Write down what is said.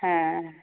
ହଁ